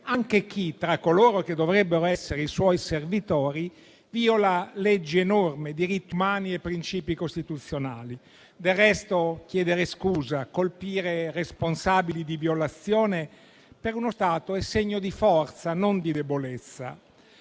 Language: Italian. anche chi tra coloro che dovrebbero essere i suoi servitori viola leggi, norme, diritti umani e principi costituzionali. Del resto, chiedere scusa e colpire responsabili di violazioni è per uno Stato segno di forza e non di debolezza.